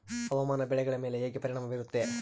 ಹವಾಮಾನ ಬೆಳೆಗಳ ಮೇಲೆ ಹೇಗೆ ಪರಿಣಾಮ ಬೇರುತ್ತೆ?